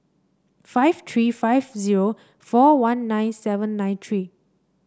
five three five zero four one nine seven nine three